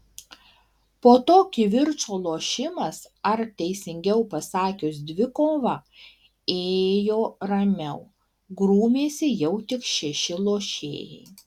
po to kivirčo lošimas ar teisingiau pasakius dvikova ėjo ramiau grūmėsi jau tik šeši lošėjai